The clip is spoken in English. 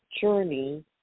journey